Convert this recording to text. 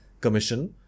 commission